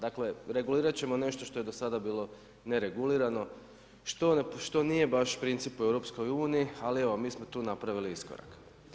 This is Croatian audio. Dakle regulirat ćemo nešto što je do sada bilo neregulirano, što nije baš princip u EU, ali evo mi smo tu napravili iskorak.